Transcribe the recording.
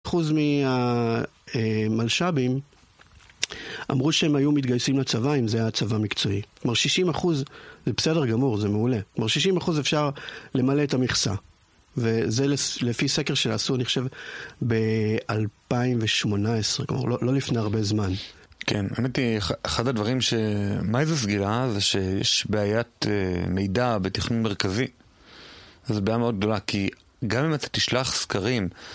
אחוז ממלשבים אמרו שהם היו מתגייסים לצבא אם זו הייתה צבא מקצועי. כלומר, 60 אחוז זה בסדר גמור, זה מעולה. כלומר, 60 אחוז אפשר למלא את המכסה. וזה לפי סקר של אסור, אני חושב, ב-2018. כלומר, לא לפני הרבה זמן. כן, האמת היא, אחד הדברים ש... מה איזה סגירה זה שיש בעיית מידע בתכנון מרכזי. זו בעיה מאוד גדולה. כי גם אם אתה תשלח סקרים...